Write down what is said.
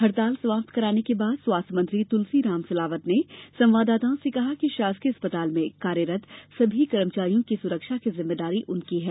हड़ताल समाप्त कराने के बाद स्वास्थ्य मंत्री तुलसीराम सिलावट ने संवाददाताओं से कहा कि शासकीय अस्पताल में कार्यरत कर्मचारियों की सुरक्षा की जिम्मेदारी उनकी है